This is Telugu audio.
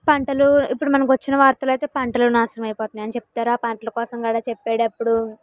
పంటలు ఇప్పుడు మనకు వచ్చిన వార్తలు అయితే పంటలు నాశనం అయిపోతున్నాయి అని చెప్తారు ఆ పంటల కోసం కూడా చెప్పేటప్పుడు